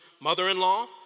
mother-in-law